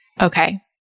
Okay